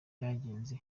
vyagenze